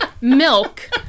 milk